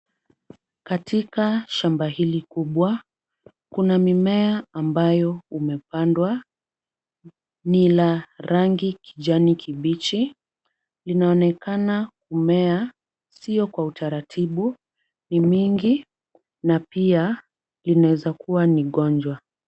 Katika shamba hili kubwa, kuna mimea ambayo umepandwa. Ni la rangi kijani kibichi. Linaonekana mmea sio kwa utaratibu. Ni mingi na pia inaweza kuwa ni gonjwa.